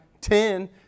ten